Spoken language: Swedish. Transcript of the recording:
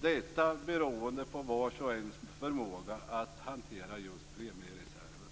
Detta beroende på vars och ens förmåga att hanterar just premiereserven.